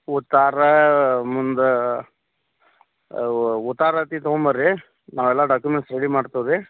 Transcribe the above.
ಉತ್ತಾರ ಮುಂದಾ ಅವು ಉತ್ತಾರತ್ತಿ ತಗೊಂಮ್ ಬರ್ರಿ ನಾವೆಲ್ಲ ಡಾಕ್ಯುಮೆಂಟ್ಸ್ ರೆಡಿ ಮಾಡ್ತೀವಿ